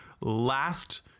last